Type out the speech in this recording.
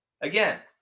Again